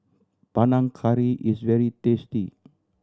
Panang Curry is very tasty